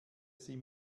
sie